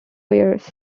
years